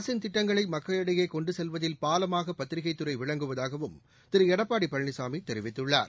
அரசின் திட்டங்களைமக்களிடையேகொண்டுசெல்வதில் பாலமாகபத்திரிக்கைதுறைவிளங்குவதாகவும் திருளடப்பாடிபழனிசாமிதெரிவித்துள்ளார்